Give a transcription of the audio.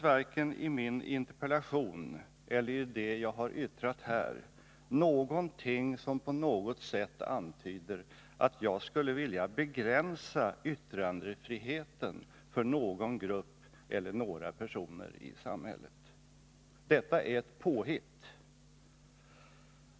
Varken i min interpellation eller i det som jag har yttrat här finns någonting som på något sätt antyder att jag skulle vilja begränsa yttrandefriheten för någon grupp eller några personer i samhället. Detta är ett påhitt.